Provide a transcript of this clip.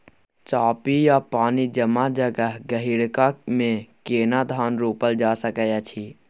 चापि या पानी जमा जगह, गहिरका मे केना धान रोपल जा सकै अछि?